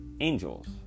angels